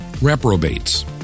reprobates